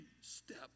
step